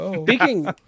Speaking